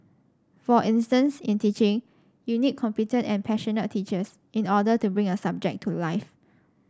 for instance in teaching you need competent and passionate teachers in order to bring a subject to life